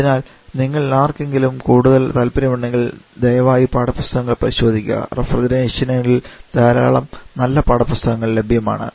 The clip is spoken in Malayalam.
അതിനാൽ നിങ്ങളിൽ ആർക്കെങ്കിലും കൂടുതൽ താൽപ്പര്യമുണ്ടെങ്കിൽ ദയവായി പാഠപുസ്തകങ്ങൾ പരിശോധിക്കുക റഫ്രിജറേഷനിൽ ധാരാളം നല്ല പാഠപുസ്തകങ്ങൾ ലഭ്യമാണ്